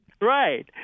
Right